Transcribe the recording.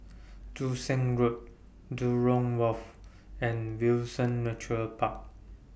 Joo Seng Road Jurong Wharf and Windsor Nature Park